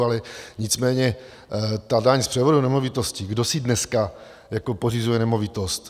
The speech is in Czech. Ale nicméně ta daň z převodu nemovitosti, kdo si dneska pořizuje nemovitost?